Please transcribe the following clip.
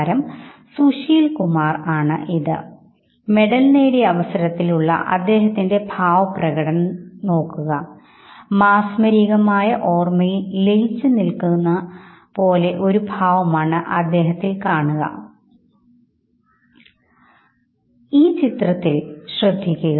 വ്യത്യസ്ത മുഖഭാവങ്ങൾ പ്രകടിപ്പിക്കുന്ന വ്യത്യസ്ത വ്യക്തികളുടെ ചിത്രങ്ങൾ നൽകുകയും അതിൽ നിങ്ങളുടെ ഭാവവുമായി ചേർന്നുനിൽക്കുന്ന ചിത്രം തിരഞ്ഞെടുക്കാൻ ആവശ്യപ്പെടുകയും ചെയ്യുന്നു എന്നിരിക്കട്ടെ